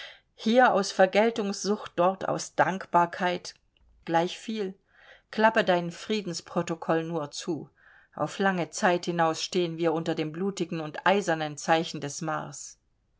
hier aus vergeltungssucht dort aus dankbarkeit gleichviel klappe dein friedensprotokoll nur zu auf lange zeit hinaus stehen wir unter dem blutigen und eisernen zeichen des mars